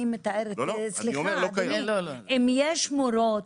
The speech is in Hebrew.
סליחה, אדוני, אם יש מורות